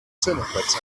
cineplex